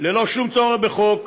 ללא שום צורך בחוק,